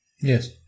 Yes